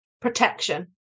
Protection